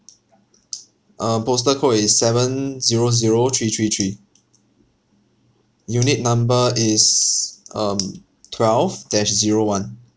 um postal code is seven zero zero three three three unit number is um twelve dash zero one